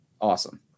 awesome